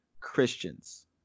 Christians